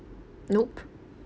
nope